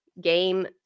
game